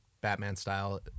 Batman-style